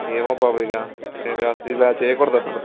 ఏమో బాబు ఇక మీరు ఇలా ఇలా చేయకూడదు అసలు